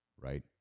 Right